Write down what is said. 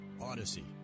odyssey